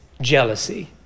jealousy